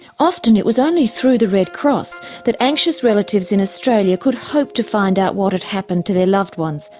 often it was only through the red cross that anxious relatives in australia could hope to find out what had happened to their loved ones,